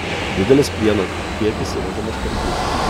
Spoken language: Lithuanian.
didelis plieno kiekis įvežamas per hjustoną